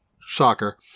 soccer